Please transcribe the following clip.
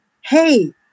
Hey